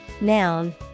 noun